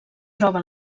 troba